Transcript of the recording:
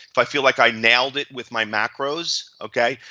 if i feel like i nailed it with my macros, okay.